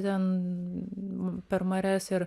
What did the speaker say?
ten per marias ir